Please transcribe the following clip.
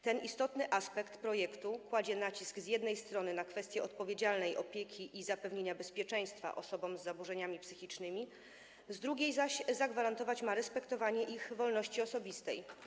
Ten istotny aspekt projektu kładzie nacisk z jednej strony na kwestię odpowiedzialnej opieki i zapewnienia bezpieczeństwa osobom z zaburzeniami psychicznymi, z drugiej zaś zagwarantować ma respektowanie ich wolności osobistej.